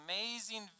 amazing